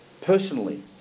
personally